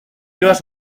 lliures